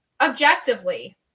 objectively